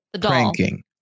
pranking